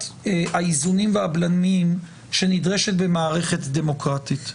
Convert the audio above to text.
האיזונים והבלמים שנדרשת במערכת דמוקרטית.